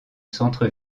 centre